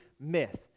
myth